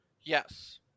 Yes